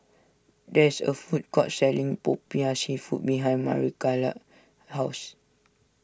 there is a food court selling Popiah Seafood behind Maricela's house